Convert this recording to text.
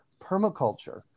permaculture